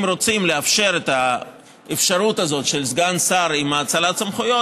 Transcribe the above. אם רוצים לאפשר את האפשרות הזאת של סגן שר עם האצלת סמכויות,